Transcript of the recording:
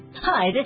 Hi